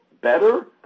better